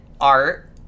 Art